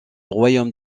royaume